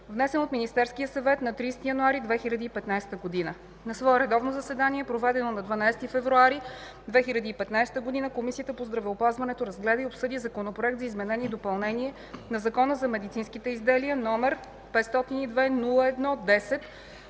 внесен от Министерския съвет на 30 януари 2015 г. На свое редовно заседание, проведено на 12 февруари 2015 г., Комисията по здравеопазването разгледа и обсъди Законопроект за изменение и допълнение на Закона за медицинските изделия, № 502-01-10,